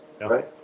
right